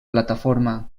plataforma